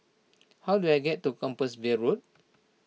how do I get to Compassvale Road